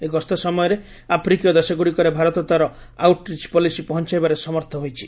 ଏହି ଗସ୍ତ ସମୟରେ ଆଫ୍ରିକୀୟ ଦେଶଗୁଡ଼ିକରେ ଭାରତ ତା'ର ଆଉଟ୍ରିଚ୍ ପଲିସି ପହଞ୍ଚାଇବାରେ ସମର୍ଥ ହୋଇଛି